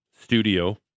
studio